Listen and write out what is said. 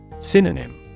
Synonym